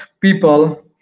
people